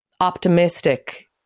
optimistic